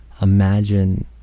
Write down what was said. imagine